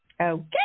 Okay